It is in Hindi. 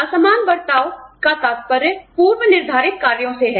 असमान बर्ताव का तात्पर्य पूर्व निर्धारित कार्यों से है